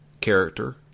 character